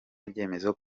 ibyemezo